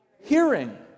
Hearing